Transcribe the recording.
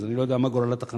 אז אני לא יודע מה גורל התחנה.